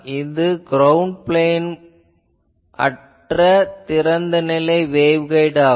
இது ground plane அற்ற திறந்த நிலை வேவ்கைட் ஆகும்